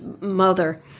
mother